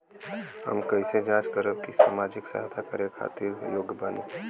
हम कइसे जांच करब की सामाजिक सहायता करे खातिर योग्य बानी?